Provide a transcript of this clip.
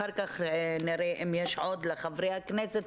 אחר-כך נראה אם יש עוד לחברי הכנסת.